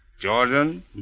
Jordan